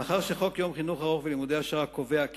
מאחר שחוק יום חינוך ארוך ולימודי העשרה קובע כי